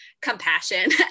compassion